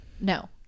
No